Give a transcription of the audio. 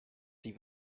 die